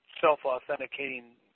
self-authenticating